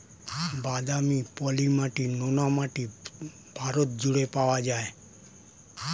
বাদামি, পলি মাটি, নোনা মাটি ভারত জুড়ে পাওয়া যায়